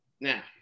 Now